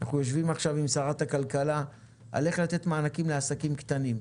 אנחנו יושבים עכשיו עם שרת הכלכלה איך לתת מענקים לעסקים קטנים.